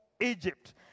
Egypt